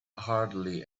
hardly